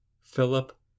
Philip